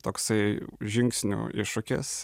toksai žingsnių iššūkis